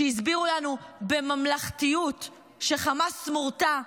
שהסבירו לנו בממלכתיות שחמאס מורתע,